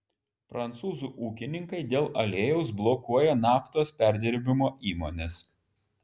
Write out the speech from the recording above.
prancūzų ūkininkai dėl aliejaus blokuoja naftos perdirbimo įmones